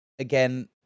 Again